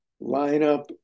lineup